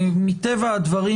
מטבע הדברים,